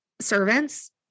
servants